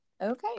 Okay